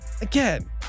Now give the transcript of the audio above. Again